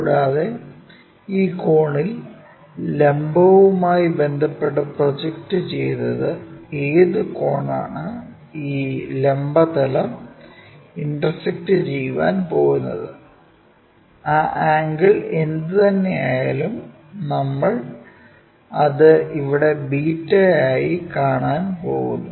കൂടാതെ ഈ കോണിൽ ലംബവുമായി ബന്ധപ്പെട്ട് പ്രൊജക്റ്റുചെയ്തത് ഏത് കോണാണ് ഈ ലംബ തലം ഇന്റർസെക്ക്ട് ചെയ്യാൻ പോകുന്നത് ആ ആംഗിൾ എന്തുതന്നെയായാലും നമ്മൾ അത് ഇവിടെ ബീറ്റയായി കാണാൻ പോകുന്നു